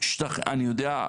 אני יודע?